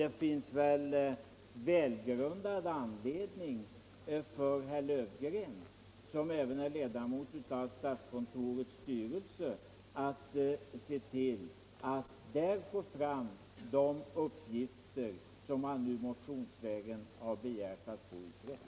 Det finns välgrundad anledning för herr Löfgren, som är ledamot av statskontorets styrelse, att där se till att få fram uppgifter om den verksamhet som han nu motionsvägen begärt att få utredd.